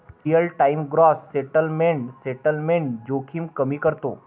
real time gross settlement settlement जोखीम कमी करते